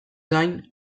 gain